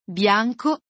bianco